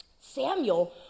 Samuel